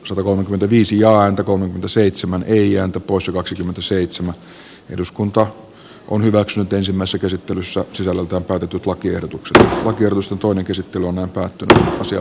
satakolmekymmentäviisi ääntä kun seitsemän eija käsittelyn pohjana on hyväksytty ensimmäsikäsittelyssä sisällöltään päätetyt lakiehdotukset oikeusjutun käsittely valtiovarainvaliokunnan mietintö